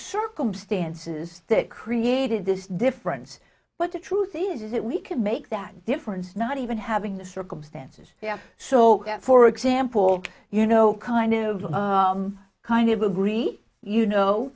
circumstances that created this difference but the truth is that we can make that difference not even having the circumstances we have so for example you know kind of the kind of agree you know